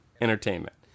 entertainment